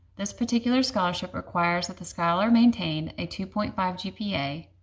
this particular scholarship requires that the scholar maintain a two point five gpa,